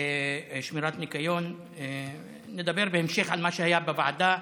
שמירת ניקיון, נדבר בהמשך על מה שהיה בוועדה,